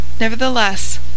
Nevertheless